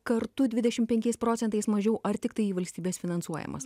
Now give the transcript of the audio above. kartu dvidešim penkiais procentais mažiau ar tiktai į valstybės finansuojamas